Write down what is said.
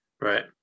Right